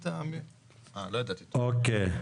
אוקי.